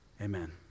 Amen